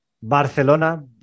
Barcelona